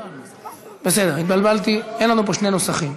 בסדר, התבלבלתי, אין לנו שני נוסחים.